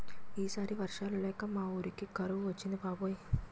ఈ సారి వర్షాలు లేక మా వూరికి కరువు వచ్చింది బాబాయ్